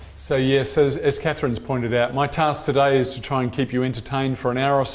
so yes, as as catherine's pointed out, my task today is to try and keep you entertained for an hour or so,